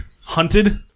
hunted